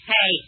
Hey